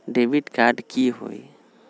Debit card की होई?